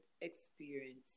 experience